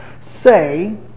say